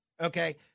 Okay